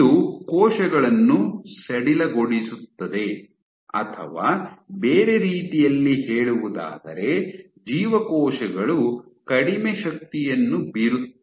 ಇದು ಕೋಶಗಳನ್ನು ಸಡಿಲಗೊಳಿಸುತ್ತದೆ ಅಥವಾ ಬೇರೆ ರೀತಿಯಲ್ಲಿ ಹೇಳುವುದಾದರೆ ಜೀವಕೋಶಗಳು ಕಡಿಮೆ ಶಕ್ತಿಯನ್ನು ಬೀರುತ್ತವೆ